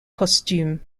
costumes